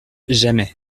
jamais